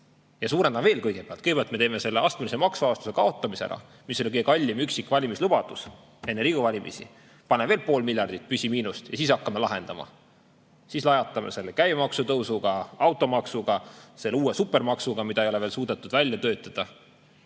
Ja suurendame [probleeme veel]. Kõigepealt me teeme astmelise maksuvabastuse kaotamise ära, mis oli kõige kallim üksik valimislubadus enne Riigikogu valimisi. Paneme veel pool miljardit püsimiinust ja siis hakkame lahendama. Lajatame käibemaksu tõusuga, automaksuga, selle uue supermaksuga, mida ei ole veel suudetud välja töötada,